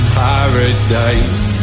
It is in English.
paradise